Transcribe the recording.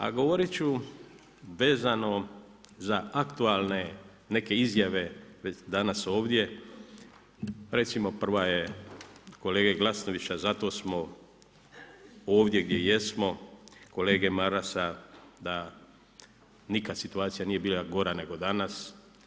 A govoriti ću vezano za aktualne neke izjave danas ovdje, recimo, prva je kolege Glasnovića, zato smo ovdje gdje jesmo, kolege Marasa, da nikad situacija nije bila gora nego danas.